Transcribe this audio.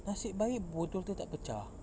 nasib baik botol tu tak pecah